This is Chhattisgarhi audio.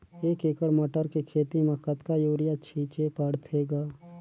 एक एकड़ मटर के खेती म कतका युरिया छीचे पढ़थे ग?